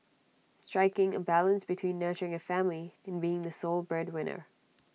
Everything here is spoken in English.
striking A balance between nurturing A family and being the sole breadwinner